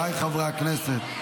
חבריי חברי הכנסת.